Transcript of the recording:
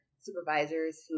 supervisors